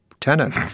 tenant